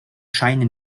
scheine